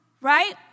Right